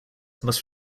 must